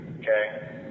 Okay